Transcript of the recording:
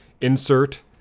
insert